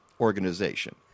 organization